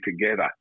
together